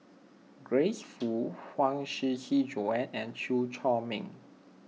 Grace Fu Huang Shiqi Joan and Chew Chor Meng